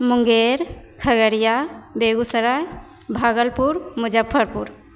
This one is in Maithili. मुंगेर खगड़िया बेगूसराय भागलपुर मुजफ्फरपुर